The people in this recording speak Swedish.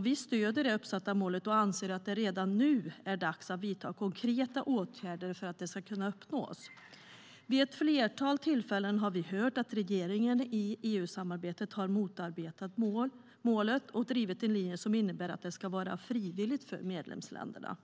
Vi stöder det uppsatta målet och anser att det redan nu är dags att vidta konkreta åtgärder för att det ska kunna uppnås. Vid ett flertal tillfällen har vi hört att regeringen i EU-samarbetet har motarbetat målet och drivit en linje som innebär att det ska vara frivilligt för medlemsländerna.